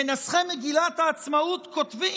מנסחי מגילת העצמאות כותבים,